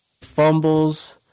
Fumbles